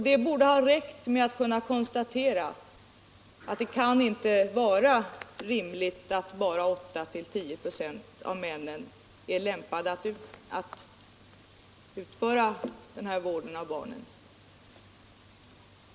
Det borde ha räckt med att konstatera att det inte kan vara rimligt att bara 8-10 926 av männen är lämpade att ta hand om vårdnaden av barnen.